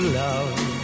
love